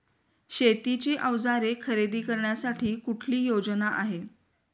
शेतीची अवजारे खरेदी करण्यासाठी कुठली योजना आहे?